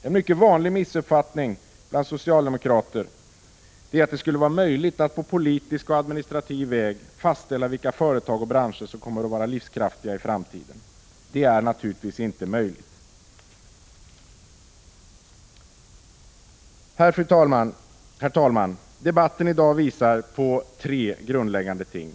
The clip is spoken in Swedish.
En mycket vanlig missuppfattning bland socialdemokrater är att det skulle vara möjligt att på politisk och administrativ väg fastställa vilka företag och branscher som kommer att vara livskraftiga i framtiden. Det är naturligtvis inte möjligt. Avslutningsvis, herr talman: Debatten i dag visar på tre grundläggande ting.